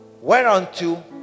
Whereunto